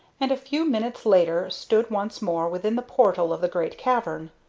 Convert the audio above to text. and a few minutes later stood once more within the portal of the great cavern.